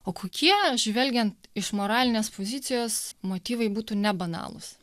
o kokie žvelgiant iš moralinės pozicijos motyvai būtų nebanalūs